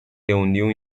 reuniu